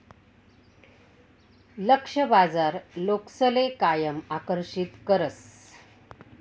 लक्ष्य बाजार लोकसले कायम आकर्षित करस